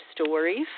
stories